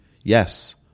yes